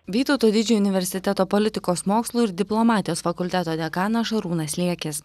vytauto didžiojo universiteto politikos mokslų ir diplomatijos fakulteto dekanas šarūnas liekis